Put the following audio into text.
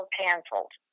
canceled